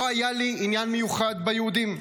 לא היה לי עניין מיוחד ביהודים.